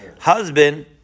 husband